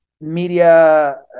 Media